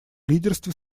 лидерстве